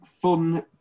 fun